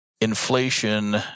Inflation